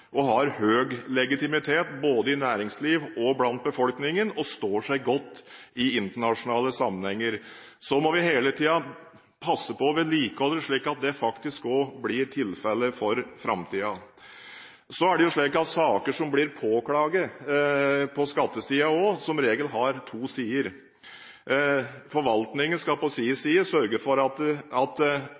og har høy legitimitet både i næringslivet og blant befolkningen, og står seg godt i internasjonale sammenhenger. Så må vi hele tiden passe på å vedlikeholde det slik at det også blir tilfellet i framtiden. Saker som blir påklaget på skattesiden, har som regel to sider. Forvaltningen skal på sin side sørge for at saksframlegget bygger både på saklighet og faglighet. Det er samtidig viktig at